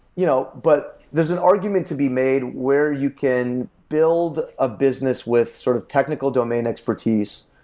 you know but there's an argument to be made where you can build a business with sort of technical domain expertise,